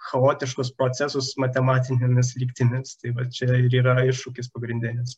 chaotiškus procesus matematinėmis lygtimis tai va čia ir yra iššūkis pagrindinis